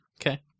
Okay